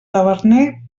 taverner